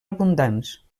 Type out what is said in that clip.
abundants